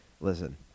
Listen